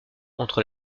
entre